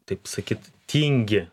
taip sakyt tingi